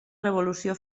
revolució